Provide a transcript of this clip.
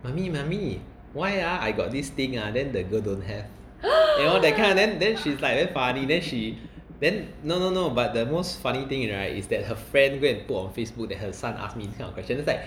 mummy mummy why ah I got this thing ah then the girl don't have you know that kind then then she's like damn funny then she then no no no but the most funny thing right is that her friend go and put on Facebook that her son asked me this kind of questions then is like